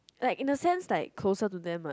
like in the sense like closer to them one